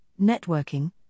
networking